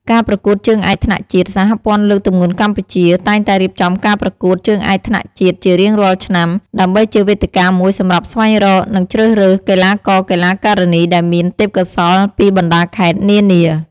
ការប្រកួតជើងឯកថ្នាក់ជាតិ សហព័ន្ធលើកទម្ងន់កម្ពុជា តែងតែរៀបចំការប្រកួតជើងឯកថ្នាក់ជាតិជារៀងរាល់ឆ្នាំ ដើម្បីជាវេទិកាមួយសម្រាប់ស្វែងរក និងជ្រើសរើស កីឡាករ-កីឡាការិនីដែលមានទេពកោសល្យ ពីបណ្ដាខេត្តនានា។